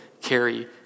carry